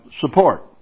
support